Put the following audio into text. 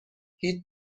هیچ